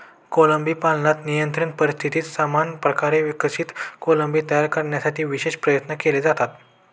कोळंबी पालनात नियंत्रित परिस्थितीत समान प्रकारे विकसित कोळंबी तयार करण्यासाठी विशेष प्रयत्न केले जातात